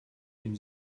dem